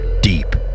deep